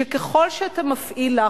שככל שאתה מפעיל לחץ,